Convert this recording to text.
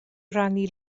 rannu